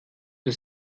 das